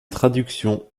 traductions